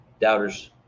doubters